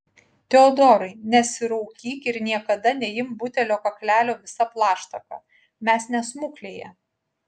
teodorai nesiraukyk ir niekada neimk butelio kaklelio visa plaštaka mes ne smuklėje